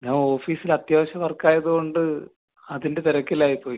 ഞാൻ ഓഫീസിൽ അത്യാവശ്യ വർക്ക് ആയത് കൊണ്ട് അതിൻ്റെ തിരക്കിലായിപ്പോയി